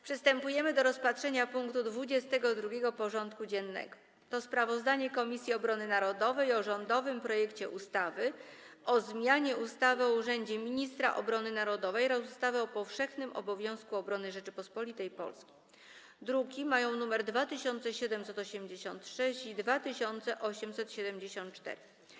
Przystępujemy do rozpatrzenia punktu 22. porządku dziennego: Sprawozdanie Komisji Obrony Narodowej o rządowym projekcie ustawy o zmianie ustawy o urzędzie Ministra Obrony Narodowej oraz ustawy o powszechnym obowiązku obrony Rzeczypospolitej Polskiej (druki nr 2786 i 2874)